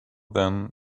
then